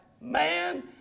man